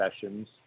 sessions